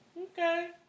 Okay